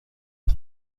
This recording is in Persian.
کجا